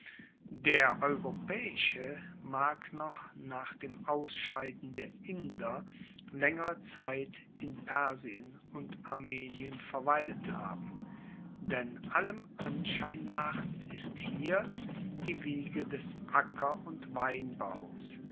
der europaeische mag noch nach dem ausscheiden der inder laengere zeit in persien und armenien verweilt haben denn allem anschein nach ist hier die wiege des acker und weinbaus